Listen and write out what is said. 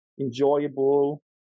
enjoyable